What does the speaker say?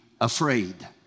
afraid